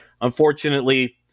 Unfortunately